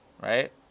Right